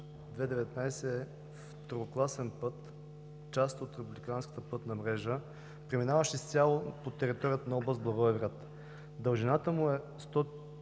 II-19 е второкласен път – част от републиканската пътна мрежа, преминаващ изцяло по територията на област Благоевград. Дължината му е